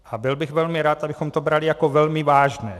A byl bych velmi rád, abychom to brali velmi vážně.